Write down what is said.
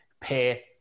pay